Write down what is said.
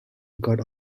god